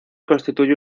constituye